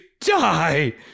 die